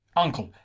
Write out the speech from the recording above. uncle,